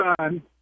son